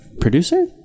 Producer